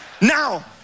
Now